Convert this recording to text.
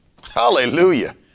Hallelujah